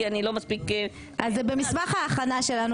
כי אני לא מספיק --- אז זה במסמך ההכנה שלנו.